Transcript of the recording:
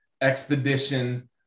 expedition